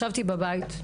ישבתי בבית,